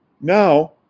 now